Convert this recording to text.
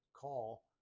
call